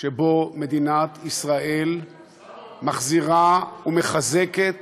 שבו מדינת ישראל מחזירה ומחזקת